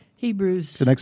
Hebrews